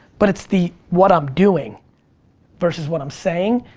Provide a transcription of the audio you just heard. but it's the what i'm doing versus what i'm saying.